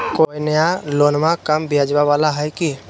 कोइ नया लोनमा कम ब्याजवा वाला हय की?